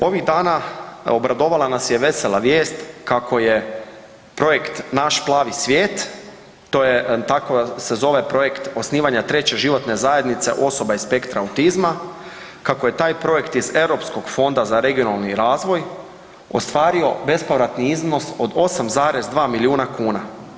Ovih dana obradovala nas je vesela vijest kako je projekt Naš plani svijet, tako se zove projekt osnivanja 3 životne zajednice osoba iz spektra autizma, kako je taj projekt iz Europskog fonda za regionalni razvoj ostvario bespovratni iznos od 8,2 miliona kuna.